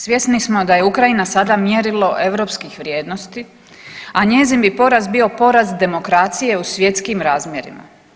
Svjesni smo da je Ukrajina sada mjerilo europskih vrijednosti, a njezin bi poraz bio poraz demokracije u svjetskim razmjerima.